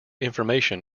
information